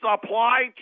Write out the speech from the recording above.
supply